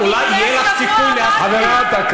איימן עודה,